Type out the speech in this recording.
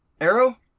Arrow